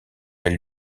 elle